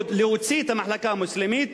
להוציא את המחלקה המוסלמית